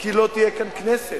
כי לא תהיה כאן כנסת,